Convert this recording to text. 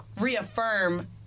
reaffirm